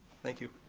thank you.